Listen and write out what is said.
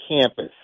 campus